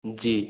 जी